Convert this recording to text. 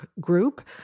group